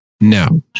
No